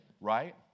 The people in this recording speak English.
Right